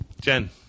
Jen